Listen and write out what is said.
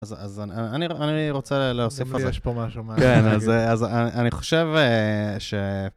אז אז אני רוצה להוסיף איזה. יש פה משהו מעניין, אז אני חושב ש...